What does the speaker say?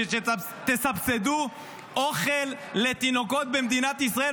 שתסבסדו אוכל לתינוקות במדינת ישראל?